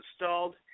installed